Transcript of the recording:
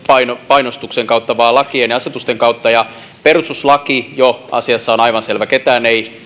painostuksen kautta vaan lakien ja asetusten kautta jo perustuslaki asiassa on aivan selvä ketään ei